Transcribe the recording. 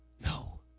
No